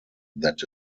that